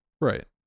Right